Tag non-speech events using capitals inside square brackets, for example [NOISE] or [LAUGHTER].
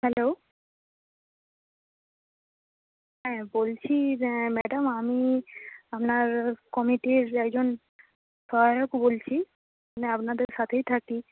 hello হ্যাঁ বলছি madam আমি আপনার কমিটির একজন সহায়ক বলছি [UNINTELLIGIBLE] আপনাদের সাথেই থাকি